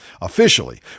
Officially